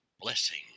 blessing